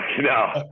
No